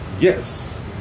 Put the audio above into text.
yes